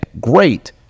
Great